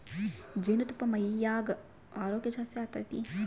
ಜೇನುತುಪ್ಪಾ ಮೈಯ ಆರೋಗ್ಯ ಜಾಸ್ತಿ ಆತತೆ